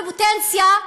בפוטנציה,